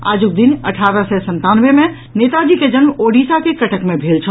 आजुक दिन अठारह सय संतानवे मे नेताजी के जन्म ओडिशा के कटक मे भेल छल